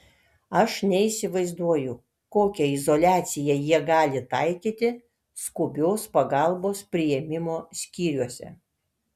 aš neįsivaizduoju kokią izoliaciją jie gali taikyti skubios pagalbos priėmimo skyriuose